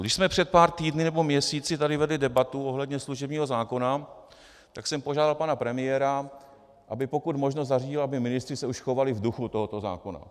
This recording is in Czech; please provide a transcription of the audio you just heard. Když jsme před pár týdny nebo měsíci tady vedli debatu ohledně služebního zákona, tak jsem požádal pana premiéra, aby pokud možno zařídil, aby ministři se už chovali v duchu tohoto zákona.